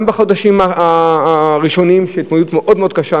בחודשים הראשונים יש התמודדות מאוד מאוד קשה,